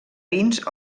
vins